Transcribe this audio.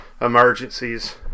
emergencies